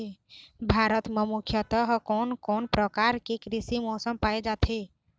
भारत म मुख्यतः कोन कौन प्रकार के कृषि मौसम पाए जाथे?